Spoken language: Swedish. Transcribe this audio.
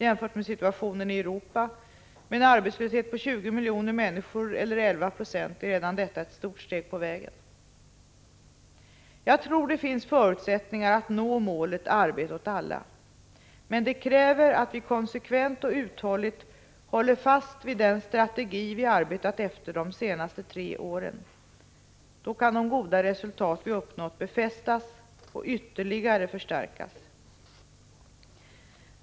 Jämfört med situationen i Europa med en arbetslöshet på 20 miljoner människor eller 11 96 är redan detta ett stort steg på vägen. Jag tror det finns förutsättningar att nå målet arbete åt alla. Men det kräver att vi konsekvent och uthålligt håller fast vid den strategi vi arbetat efter de tre senaste åren. Då kan de goda resultat vi uppnått befästas och ytterligare förstärkas.